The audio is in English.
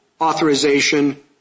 authorization